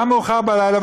גם מאוחר בלילה,